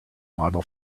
model